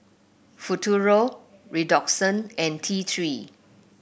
Futuro Redoxon and T Three